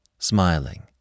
Smiling